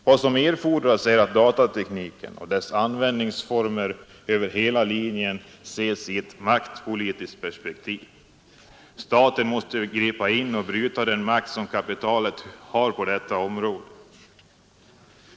Vad som erfordras är att datatekniken och dess användningsformer över hela linjen ses i ett maktpolitiskt perspektiv. Staten måste gripa in och bryta den makt som kapitalet nu har på detta område.